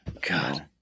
God